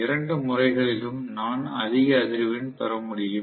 இரண்டு முறைகளிலும் நான் அதிக அதிர்வெண் பெற முடியும்